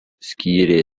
skyrė